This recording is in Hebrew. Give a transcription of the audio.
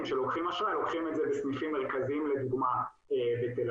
שלוקחים אשראי לוקחים את זה בסניפים מרכזיים לדוגמה בתל